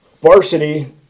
varsity